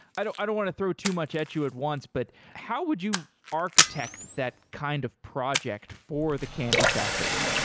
i don't i don't want to throw too much at you at once, but how would you architect that kind of project for the candy factory?